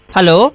Hello